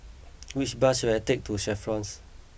which bus should I take to The Chevrons